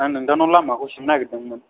आं नोंथांनाव लामाखौ सोंनो नागिरदोंमोन